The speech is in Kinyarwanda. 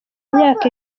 myaka